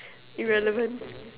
irrelevant